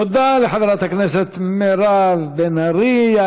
תודה לחברת הכנסת מירב בן ארי.